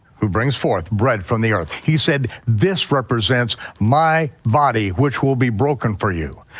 who brings forth bread from the earth. he said this represents my body which will be broken for you.